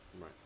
Right